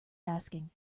asking